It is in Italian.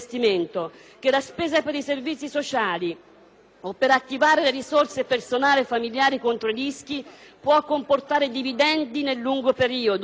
per attivare le risorse personali e familiari contro i rischi può comportare dividendi nel lungo periodo per gli individui e per la società nel suo complesso.